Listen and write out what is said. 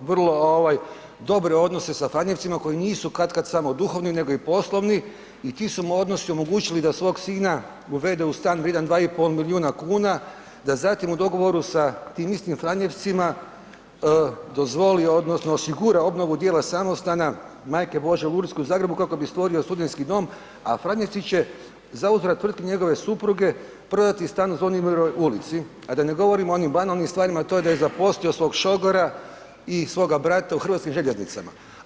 vrlo dobre odnose sa franjevcima koji nisu katkad samo duhovni nego i poslovni i ti su mu odnosi omogućili da svog sina uvede u stan vrijede 2,5 milijuna kuna, da zatim u dogovoru sa tim istim franjevcima dozvoli odnosno osigura obnovu djela samostana Majke Božje Lurdske u Zagrebu kako bi stvorio studentski dom a franjevci će zauzvrat tvrtki njegove supruge prodati stan u Zvonimirovoj ulici a da ne govorimo o onim banalnim stvarima a to je da je zaposlio svog šogora i svoga brata u Hrvatskim željeznicama.